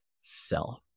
self